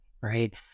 right